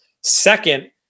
Second